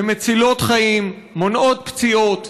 הן מצילות חיים ומונעות פציעות.